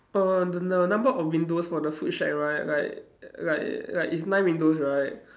the the number of windows for the food shack right like like like is nine windows right